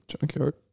Junkyard